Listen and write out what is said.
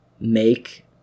make